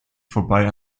vorbei